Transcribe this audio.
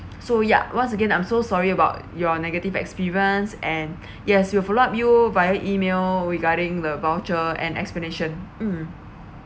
so ya once again I'm so sorry about your negative experience and yes will follow up you via email regarding the voucher and explanation mm